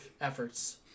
efforts